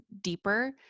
deeper